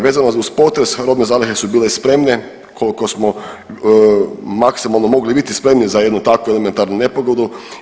Vezano uz potres robne zalihe su bile spremne, koliko smo maksimalno mogli biti spremni za jednu takvu elementarnu nepogodu.